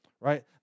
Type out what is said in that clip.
right